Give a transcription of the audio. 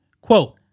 Quote